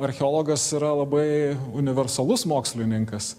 archeologas yra labai universalus mokslininkas